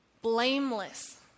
blameless